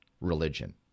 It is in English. religion